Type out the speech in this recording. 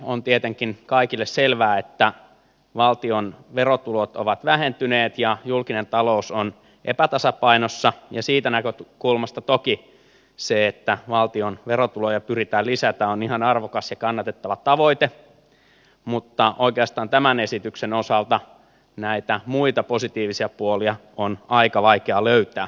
on tietenkin kaikille selvää että valtion verotulot ovat vähentyneet ja julkinen talous on epätasapainossa ja siitä näkökulmasta toki se että valtion verotuloja pyritään lisäämään on ihan arvokas ja kannatettava tavoite mutta oikeastaan tämän esityksen osalta näitä muita positiivisia puolia on aika vaikea löytää